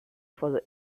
for